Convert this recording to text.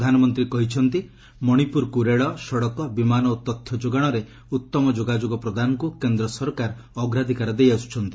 ପ୍ରଧାନମନ୍ତ୍ରୀ କହିଛନ୍ତି ମଣିପୁରକୁ ରେଳ ସଡ଼କ ବିମାନ ଓ ତଥ୍ୟ ଯୋଗାଣରେ ଉତ୍ତମ ଯୋଗାଯୋଗ ପ୍ରଦାନକୁ କେନ୍ଦ୍ର ସରକାର ଅଗ୍ରାଧିକାର ଦେଇ ଆସୁଛନ୍ତି